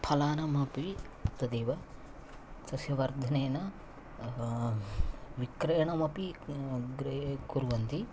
फलानामपि तदेव तस्य वर्धनेन विक्रयणमपि गृहे कुर्वन्ति